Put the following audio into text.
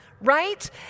right